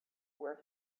where